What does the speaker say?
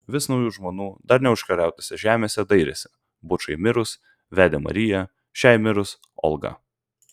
vis naujų žmonų dar neužkariautose žemėse dairėsi bučai mirus vedė mariją šiai mirus olgą